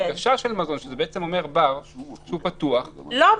אבל הגשה של מזון, שזה אומר בר פתוח --- לא בר.